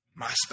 MySpace